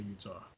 Utah